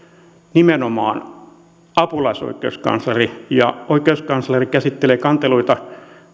nimenomaan apulaisoikeuskansleri ja oikeuskansleri käsittelee kanteluita